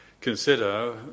consider